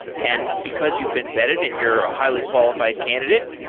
and because you've been vetted and you're a highly qualified candidate,